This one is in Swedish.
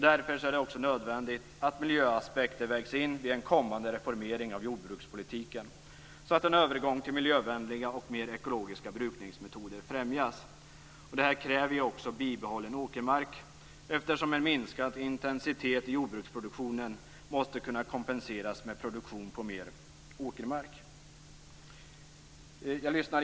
Därför är det också nödvändigt att miljöaspekter vägs in vid en kommande reformering av jordbrukspolitiken så att en övergång till miljövänliga och mer ekologiska brukningsmetoder främjas. Detta kräver också bibehållen åkermark, eftersom en minskad intensitet i jordbruksproduktionen måste kunna kompenseras med produktion på mer åkermark. Fru talman!